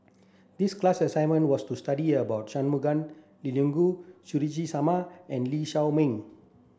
the class assignment was to study about Shangguan Liuyun Suzairhe Sumari and Lee Shao Meng